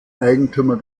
eigentümer